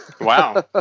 Wow